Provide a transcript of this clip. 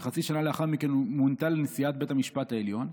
שחצי שנה לאחר מכן מונתה לנשיאת בית המשפט העליון,